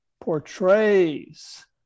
portrays